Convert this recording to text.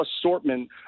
assortment